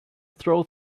throw